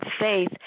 faith